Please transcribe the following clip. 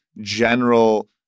general